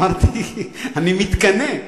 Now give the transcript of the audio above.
אמרתי, אני מתקנא.